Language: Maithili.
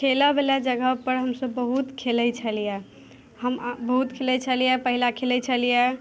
खेलऽवला जगहपर हमसब बहुत खेलै छलिए हम बहुत खेलै छलिए पहिले खेलै छलिए